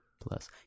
Plus